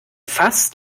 fast